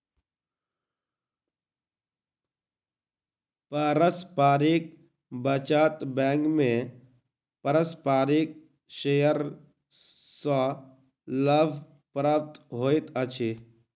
पारस्परिक बचत बैंक में पारस्परिक शेयर सॅ लाभ प्राप्त होइत अछि